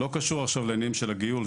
זה לא קשור לעניינים של ה"גיול",